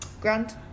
Grand